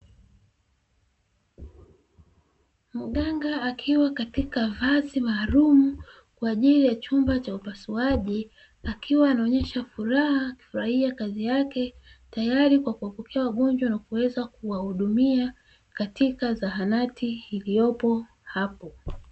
Mganga akiwa katika vazi maalumu, kwa ajili ya chumba cha upasuaji akiwa anaonyesha furaha raia kazi yake wagonjwa na kuweza kuwahudumia katika zahanati iliyopo hapo.